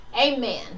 Amen